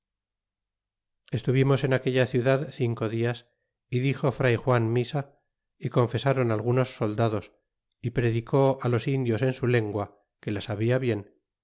estuvimos en aquella ciudad cinco dias é dixo fr juan misa é confesron algunos soldados é predicó los indios en su lengua que la sabia bien